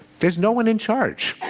there's no one in charge.